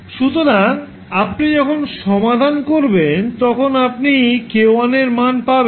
সুতরাং আপনি যখন সমাধান করবেন তখন আপনি 𝑘1 এর মান পাবেন